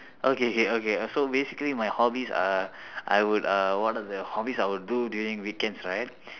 okay K okay so basically my hobbies are I would uh one of the hobbies I would do during the weekends right